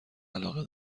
علاقه